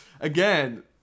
Again